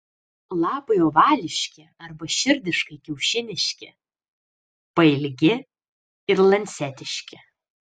lapai ovališki arba širdiškai kiaušiniški pailgi ir lancetiški